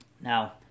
Now